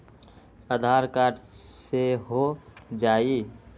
आधार card से हो जाइ?